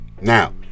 Now